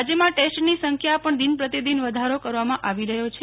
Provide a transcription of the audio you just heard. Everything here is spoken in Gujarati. રાજ્યમાં ટેસ્ટની સંખ્યામાં પણ દિન પ્રતિદિન વધારો કરવામાં આવી રહ્યો છે